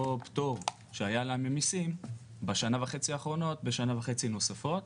פטור שהיה לה ממסים בשנה וחצי האחרונות בשנה וחצי נוספות,